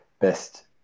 best